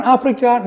Africa